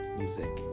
music